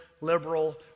liberal